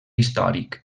històric